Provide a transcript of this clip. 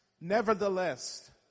Nevertheless